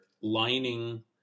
lining